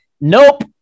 Nope